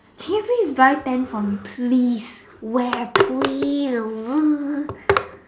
can you please buy ten for me please where please